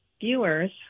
viewers